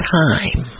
time